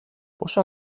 πόσο